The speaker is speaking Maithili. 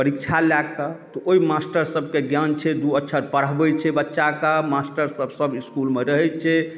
परीक्षा लएके तऽ ओहि मास्टर सभके ज्ञान छै दू अक्षर पढ़बैत छै बच्चाके मास्टर सभ सब इसकुलमे रहैत छै